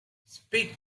speak